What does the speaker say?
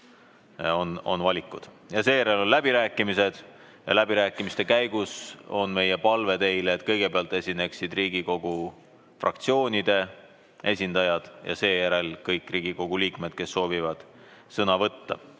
on valikud. Seejärel on läbirääkimised ja läbirääkimiste käigus on meie palve teile, et kõigepealt esineksid Riigikogu fraktsioonide esindajad ja seejärel kõik Riigikogu liikmed, kes soovivad sõna võtta.